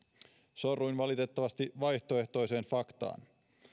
sorruin valitettavasti vaihtoehtoiseen faktaan